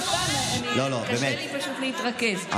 באמת,